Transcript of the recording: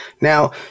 Now